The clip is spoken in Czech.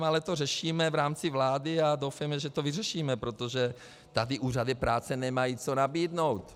Ale to řešíme v rámci vlády a doufejme, že to vyřešíme, protože tady úřady práce nemají co nabídnout.